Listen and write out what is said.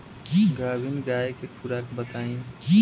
गाभिन गाय के खुराक बताई?